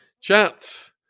Chat